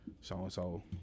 so-and-so